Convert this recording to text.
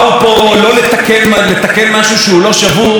באו לשבור משהו שהוא מתוקן מאוד,